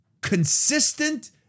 consistent